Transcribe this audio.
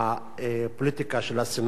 שיש גם בכנסת,